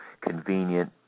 convenient